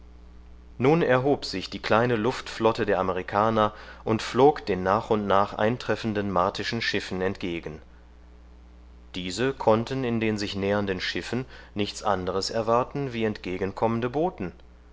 nun erhob sich die kleine luftflotte der amerikaner und flog den nach und nach eintreffenden martischen schiffen entgegen diese konnten in den sich nähernden schiffen nichts anderes erwarten wie entgegenkommende boten